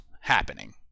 happening